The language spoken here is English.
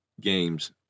games